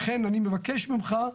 לכן אני מבקש ממך,